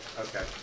Okay